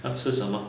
要吃什么